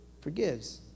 forgives